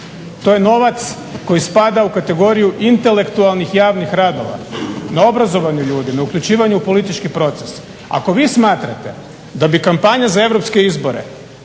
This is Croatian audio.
To je novac koji spada u kategoriju intelektualnih javnih radova, neobrazovani ljudi, neuključivanje u politički proces, ako vi smatrate da bi kampanja za europske izbore